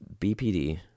BPD